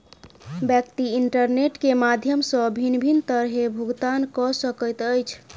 व्यक्ति इंटरनेट के माध्यम सॅ भिन्न भिन्न तरहेँ भुगतान कअ सकैत अछि